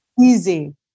Easy